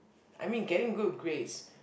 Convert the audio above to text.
I mean getting good grades